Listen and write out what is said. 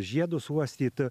žiedus uostyt